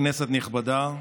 כנסת נכבדה,